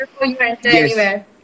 Yes